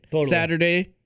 Saturday